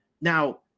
Now